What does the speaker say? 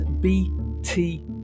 bt